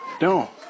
No